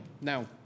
Now